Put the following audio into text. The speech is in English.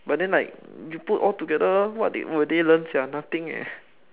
but then like you put all together what do they learn sia nothing leh